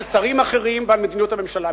על שרים אחרים ועל מדיניות הממשלה?